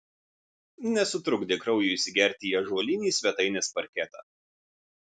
nesutrukdė kraujui įsigerti į ąžuolinį svetainės parketą